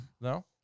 No